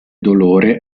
dolore